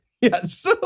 Yes